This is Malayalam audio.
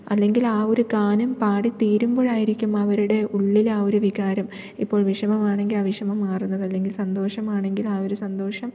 അല്ലെങ്കിൽ ആ ഒരു ഗാനം പാടിത്തീരുമ്പോഴായിരിക്കും അവരുടെ ഉള്ളിൽ ആ ഒരു വികാരം ഇപ്പോൾ വിഷമമാണെങ്കിൽ ആ വിഷമം മാറുന്നതല്ലെങ്കിൽ സന്തോഷമാണെങ്കിൽ ആ ഒരു സന്തോഷം